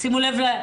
שימו לב,